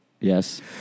Yes